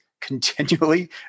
continually